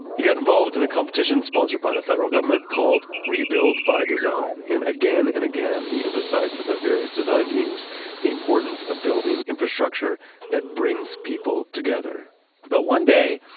he got involved in a competition sponsored by the federal government called rebuild by design, and again and again, he emphasized to the various design teams the importance of building infrastructure that brings people together but one day,